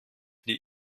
die